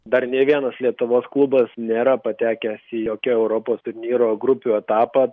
dar nė vienas lietuvos klubas nėra patekęs į jokią europos turnyro grupių etapą